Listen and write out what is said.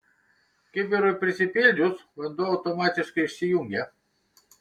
kibirui prisipildžius vanduo automatiškai išsijungia